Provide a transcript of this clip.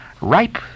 ripe